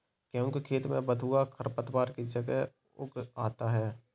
गेहूँ के खेत में बथुआ खरपतवार की तरह उग आता है